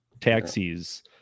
taxis